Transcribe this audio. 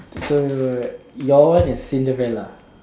so your one is Cinderella